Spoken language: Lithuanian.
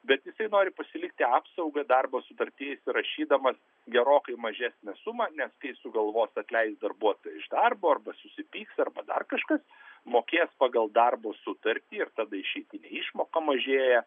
bet jisai nori pasilikti apsaugą darbo sutarty įsirašydamas gerokai mažesnę sumą nes kai sugalvos atleist darbuotoją iš darbo arba susipyks arba dar kažkas mokės pagal darbo sutartį ir tada išeitinė išmoka mažėja